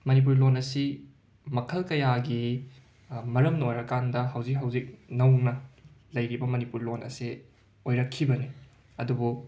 ꯃꯅꯤꯄꯨꯔꯤ ꯂꯣꯟ ꯑꯁꯤ ꯃꯈꯜ ꯀꯌꯥꯒꯤ ꯃꯔꯝꯅ ꯑꯣꯏꯔꯀꯥꯟꯗ ꯍꯧꯖꯤꯛ ꯍꯧꯖꯤꯛ ꯅꯧꯅ ꯂꯩꯔꯤꯕ ꯃꯅꯤꯄꯨꯔ ꯂꯣꯟ ꯑꯁꯦ ꯑꯣꯏꯔꯛꯈꯤꯕꯅꯦ ꯑꯗꯨꯕꯨ